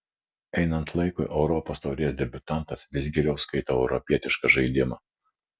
einant laikui europos taurės debiutantas vis geriau skaito europietišką žaidimą